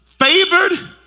favored